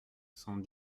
cent